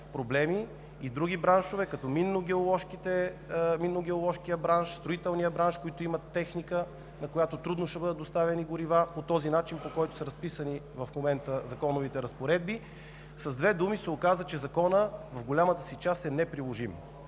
проблеми – и други браншове, като минно-геоложкия, строителния, които имат техника, на която трудно ще бъдат доставени горива по този начин, по който са разписани в момента законовите разпоредби. С две думи, се оказа, че Законът в голямата си част е неприложим.